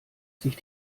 sich